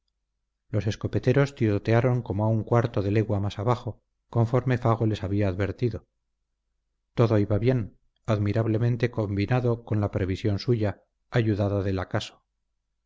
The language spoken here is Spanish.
los escopeteros tirotearon como a un cuarto de legua más abajo conforme fago les había advertido todo iba bien admirablemente combinado por la previsión suya ayudada del acaso